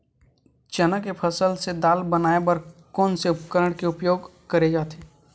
चना के फसल से दाल बनाये बर कोन से उपकरण के उपयोग करे जाथे?